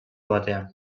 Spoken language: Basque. batean